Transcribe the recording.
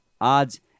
odds